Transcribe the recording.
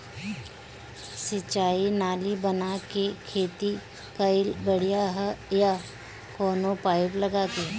सिंचाई नाली बना के खेती कईल बढ़िया ह या कवनो पाइप लगा के?